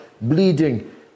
bleeding